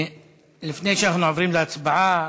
לפני שאנחנו עוברים להצבעה,